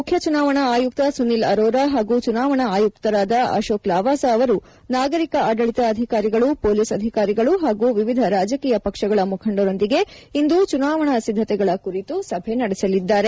ಮುಖ್ಯ ಚುನಾವಣಾ ಆಯುಕ್ತ ಸುನಿಲ್ ಅರೋರ ಹಾಗೂ ಚುನಾವಣಾ ಆಯುಕ್ತರಾದ ಅಶೋಕ್ ಲಾವಾಸ ಅವರು ನಾಗರಿಕ ಆಡಳಿತ ಅಧಿಕಾರಿಗಳು ಪೊಲೀಸ್ ಅಧಿಕಾರಿಗಳು ಹಾಗೂ ವಿವಿಧ ರಾಜಕೀಯ ಪಕ್ಷಗಳ ಮುಖಂಡರೊಂದಿಗೆ ಇಂದು ಚುನಾವಣಾ ಸಿದ್ದತೆ ಕುರಿತು ಸಭೆ ನಡೆಸಲಿದ್ದಾರೆ